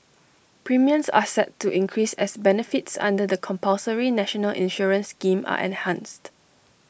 premiums are set to increase as benefits under the compulsory national insurance scheme are enhanced